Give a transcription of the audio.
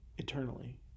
Eternally